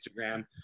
Instagram